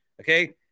Okay